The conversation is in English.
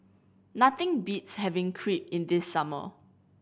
nothing beats having Crepe in the summer